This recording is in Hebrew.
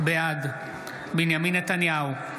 בעד בנימין נתניהו,